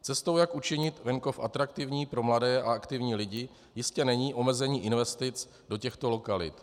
Cestou, jak učinit venkov atraktivní pro mladé a aktivní lidi, jistě není omezení investic do těchto lokalit.